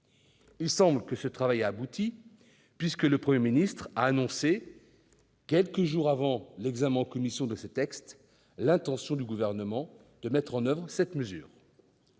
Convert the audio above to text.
Il semble que ce travail ait abouti, puisque le Premier ministre a annoncé, quelques jours avant l'examen en commission du présent texte, l'intention du Gouvernement de mettre en oeuvre cette mesure.